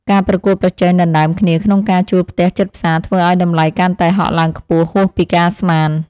ការប្រកួតប្រជែងដណ្តើមគ្នាក្នុងការជួលផ្ទះជិតផ្សារធ្វើឱ្យតម្លៃកាន់តែហក់ឡើងខ្ពស់ហួសពីការស្មាន។